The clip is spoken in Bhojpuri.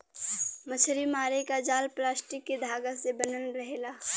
मछरी मारे क जाल प्लास्टिक के धागा से बनल रहेला